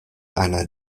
einer